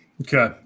Okay